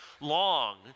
long